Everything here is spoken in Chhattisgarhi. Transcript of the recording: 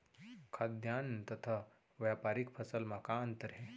खाद्यान्न तथा व्यापारिक फसल मा का अंतर हे?